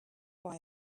buy